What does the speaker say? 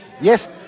Yes